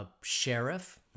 sheriff